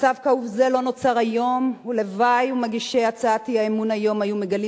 מצב כאוב זה לא נוצר היום ולוואי שמגישי הצעת האי-אמון היום היו מגלים